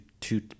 two